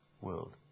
world